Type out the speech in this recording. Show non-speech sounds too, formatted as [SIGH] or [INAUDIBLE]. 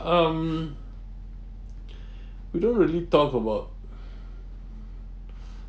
um [BREATH] we don't really talk about [BREATH]